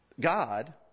God